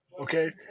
Okay